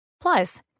Plus